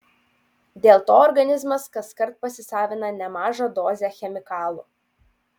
dėl to organizmas kaskart pasisavina nemažą dozę chemikalų